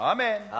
Amen